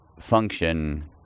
function